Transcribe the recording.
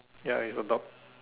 ya is a dog